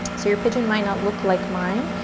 so your pigeon might not look like mine.